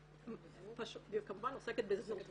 והיא כמובן עוסקת בזנות,